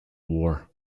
war